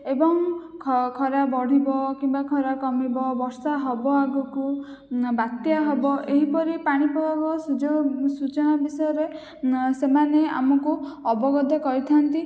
ଏବଂ ଖରା ବଢ଼ିବ କିମ୍ବା ଖରା କମିବ ବର୍ଷା ହବ ଆଗକୁ ବାତ୍ୟା ହବ ଏହିପରି ପାଣିପାଗ ସୁଯୋଗ ସୂଚନା ବିଷୟରେ ସେମାନେ ଆମଙ୍କୁ ଅବଗତ କରିଥାନ୍ତି